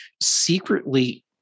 secretly